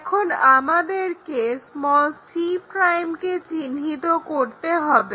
এখন আমাদেরকে c' কে চিহ্নিত করতে হবে